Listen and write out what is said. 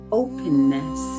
openness